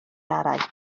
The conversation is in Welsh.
araith